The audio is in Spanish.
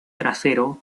trasero